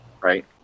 right